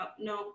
No